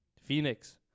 Phoenix